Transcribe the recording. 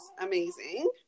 amazing